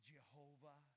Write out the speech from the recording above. Jehovah